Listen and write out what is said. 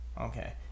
Okay